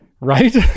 Right